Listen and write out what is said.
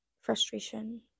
frustration